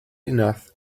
enough